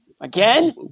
Again